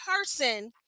person